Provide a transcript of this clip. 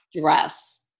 Dress